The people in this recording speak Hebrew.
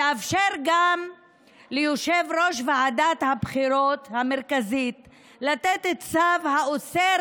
תאפשר גם ליושב-ראש ועדת הבחירות המרכזית לתת צו האוסר